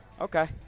Okay